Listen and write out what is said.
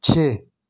چھ